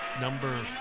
Number